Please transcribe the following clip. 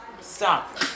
stop